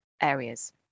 areas